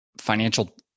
financial